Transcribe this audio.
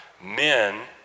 men